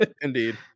indeed